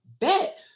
Bet